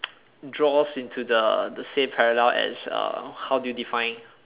draws into the the same parallel as uh how do you define